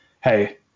hey